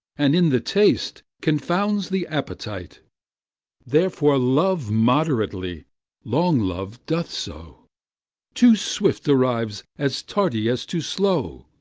and in the taste confounds the appetite therefore love moderately long love doth so too swift arrives as tardy as too slow.